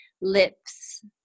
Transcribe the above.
lips